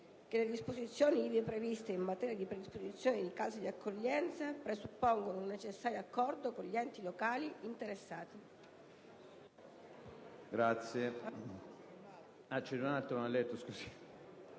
che le disposizioni ivi previste, in materia dì predisposizione di case di accoglienza, presuppongono un necessario accordo con gli enti locali interessati».